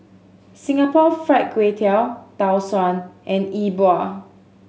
Singapore Fried Kway Tiao Tau Suan and Yi Bua